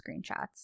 screenshots